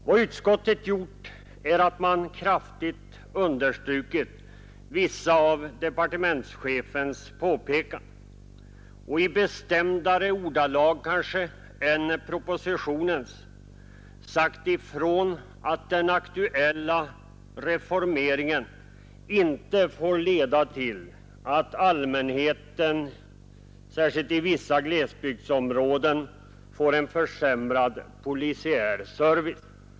Vad utskottet gjort är att man kraftigt understrukit vissa av departementschefens påpekanden och i kanske bestämdare ordalag än propositionens sagt ifrån att den aktuella reformeringen inte får leda till att allmänheten, särskilt i vissa glesbygdsområden, får en försämrad polisiär service.